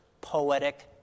poetic